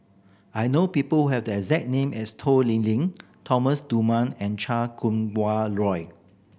I know people who have the exact name as Toh Liying Thomas Dunman and Chan Kum Wah Roy